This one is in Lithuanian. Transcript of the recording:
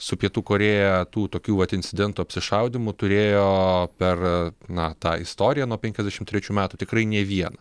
su pietų korėja tų tokių incidentų apsišaudymų turėjo per na tą istoriją nuo penkiasdešimt trečių metų tikrai ne vieną